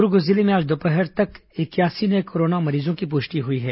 दुर्ग जिले में आज दोपहर तक इक्यासी नये कोरोना संक्रमित मरीजों की पुष्टि हुई है